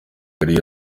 ariyo